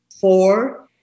four